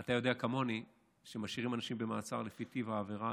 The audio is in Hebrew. אתה יודע כמוני שמשאירים אנשים במעצר לפי טיב העבירה,